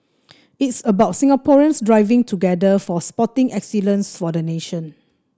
it's about Singaporeans striving together for sporting excellence for the nation